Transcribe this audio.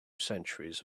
centuries